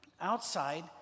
outside